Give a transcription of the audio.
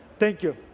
thank you.